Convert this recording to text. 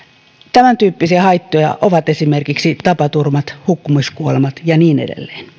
tämäntyyppisiä haittoja ovat esimerkiksi tapaturmat hukkumiskuolemat ja niin edelleen